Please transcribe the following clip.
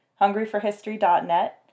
hungryforhistory.net